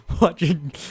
watching